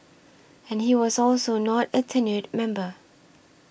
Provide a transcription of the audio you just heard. and he was also not a tenured member